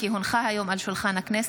כי הונחה היום על שולחן הכנסת,